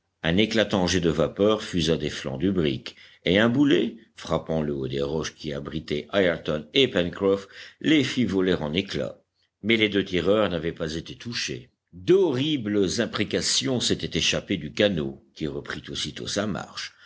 un éclatant jet de vapeur fusa des flancs du brick et un boulet frappant le haut des roches qui abritaient ayrton et pencroff les fit voler en éclats mais les deux tireurs n'avaient pas été touchés d'horribles imprécations s'étaient échappées du canot qui reprit aussitôt sa marche